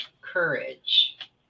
courage